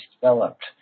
developed